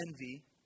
envy